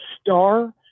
star